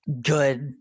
Good